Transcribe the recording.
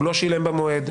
הוא לא שילם במועד,